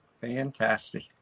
fantastic